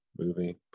movie